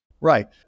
Right